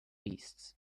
beasts